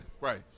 Right